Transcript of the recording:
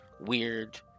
Weird